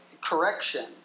correction